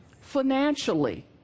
Financially